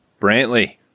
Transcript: Brantley